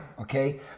Okay